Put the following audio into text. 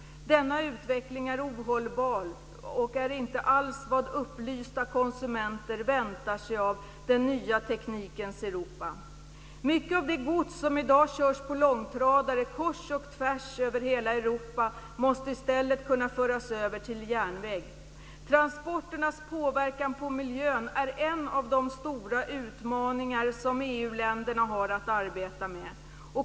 Denna utveckling är ohållbar och är inte alls vad upplysta konsumenter väntar sig av den nya teknikens Europa. Mycket av det gods som i dag körs på långtradare kors och tvärs över hela Europa måste i stället kunna föras över till järnväg. Transporternas påverkan på miljön är en av de stora utmaningar som EU-länderna har att arbeta med.